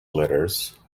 letters